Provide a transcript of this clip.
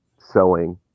sewing